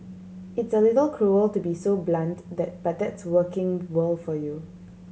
it's a little cruel to be so blunt that but that's working world for you